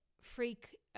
freak